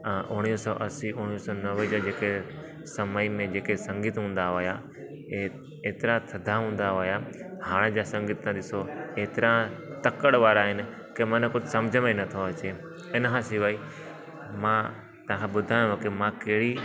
उणवीह सौ असी उणवीह सौ नवें जे जेके समय में जेके संगीत हूंदा हुया ए एतिरा थधा हूंदा हुया हाणे जा संगीत तव्हां ॾिसो एतिरा तकड़ि वारा आहिनि के मन कुझु सम्झि में ई नथो अचे इनखां सवाइ मां तव्हां खे ॿुधायांव कि मां कहिड़ी